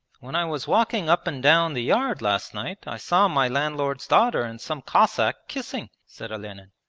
when i was walking up and down the yard last night, i saw my landlord's daughter and some cossack kissing said olenin.